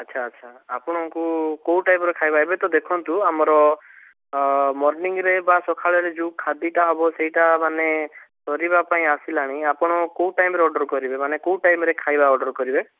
ଆଚ୍ଛା ଆଚ୍ଛା ଆପଣଙ୍କୁ କେଉଁ ଟାଇପ୍ର ଖାଇବା ଏବେ ତ ଦେଖନ୍ତୁ ଆମର ମର୍ଣ୍ଣିଂରେ ବା ସକାଳରେ ଯେଉଁ ଖାଦ୍ୟଟା ହେବ ସେଇଟା ମାନେ ସରିବା ପାଇଁ ଆସିଲାଣି ଆପଣ କେଉଁ ଟାଇମ୍ରେ ଅର୍ଡ଼ର କରିବେ ମାନେ କେଉଁ ଟାଇମ୍ରେ ଖାଇବା ଅର୍ଡ଼ର କରିବେ